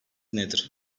nedir